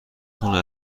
خونه